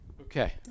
Okay